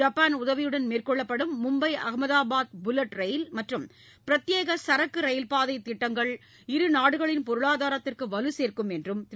Japan உதவியுடன் மேற்கொள்ளப்படும் Mumbai Ahmedabad bullet rail மற்றும் பிரத்யேக சரக்கு ரயில்பாதை திட்டங்கள் இருநாடுகளின் பொருளாதாரத்திற்கு வலு சேர்க்கும் என்றும் திரு